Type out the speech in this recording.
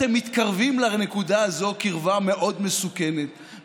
אתם מתקרבים לנקודה הזאת קרבה מסוכנת מאוד.